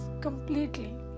completely